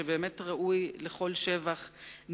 שבאמת ראוי לכל שבח,